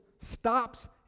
stops